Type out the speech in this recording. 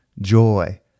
joy